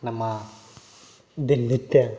ನಮ್ಮ ದಿನನಿತ್ಯ